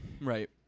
right